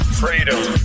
freedom